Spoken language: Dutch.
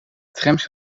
trams